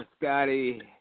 Scotty